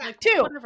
Two